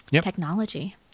technology